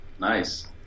nice